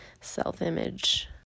self-image